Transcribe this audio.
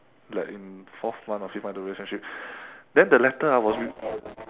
like in fourth month or fifth month of the relationship then the letter lah was rea~